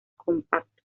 compacto